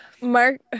mark